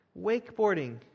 wakeboarding